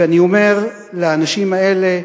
ואני אומר לאנשים האלה: